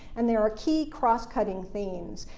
and there are key cross-cutting themes.